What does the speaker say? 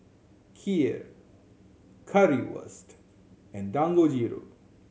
Kheer Currywurst and Dangojiru